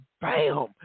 bam